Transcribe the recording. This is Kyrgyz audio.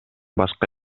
башка